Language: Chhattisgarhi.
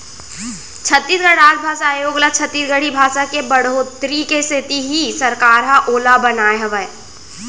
छत्तीसगढ़ राजभासा आयोग ल छत्तीसगढ़ी भासा के बड़होत्तरी के सेती ही सरकार ह ओला बनाए हावय